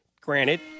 granted